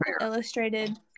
illustrated